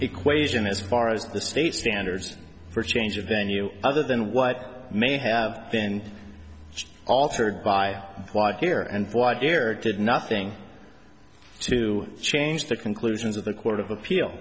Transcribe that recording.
equation as far as the state standards for change of venue other than what may have been altered by why here and why dear did nothing to change the conclusions of the court of appeal